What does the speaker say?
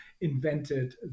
invented